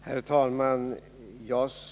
Herr talman!